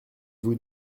vous